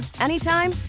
anytime